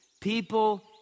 people